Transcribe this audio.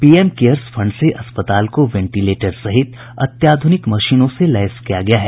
PM cares fund से अस्पताल को वेंटिलेटर सहित अत्याधुनिक मशीनों से लैस किया गया है